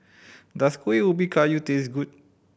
does Kueh Ubi Kayu taste good